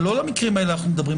אבל לא על המקרים האלה אנחנו מדברים,